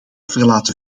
verlaten